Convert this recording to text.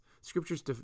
Scriptures